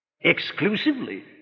exclusively